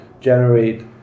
generate